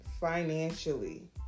financially